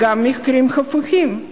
יש גם מקרים הפוכים,